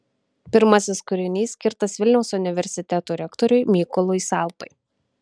pirmasis kūrinys skirtas vilniaus universiteto rektoriui mykolui salpai